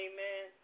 Amen